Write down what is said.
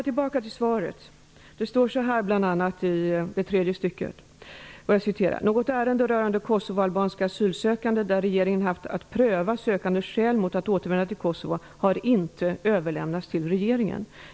I svaret står bl.a.: "Något ärende rörande kosovoalbanska asylsökande där regeringen haft att pröva sökandens skäl mot att återvända till Kosovo har inte överlämnats till regeringen."